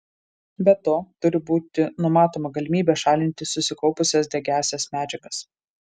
be to turi būti numatoma galimybė šalinti susikaupusias degiąsias medžiagas